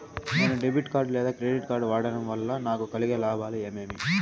నేను debit card లేదా credit card వాడడం వల్ల నాకు కలిగే లాభాలు ఏమేమీ?